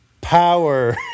power